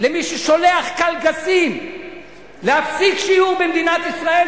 למי ששולח קלגסים להפסיק שיעור במדינת ישראל,